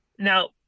Now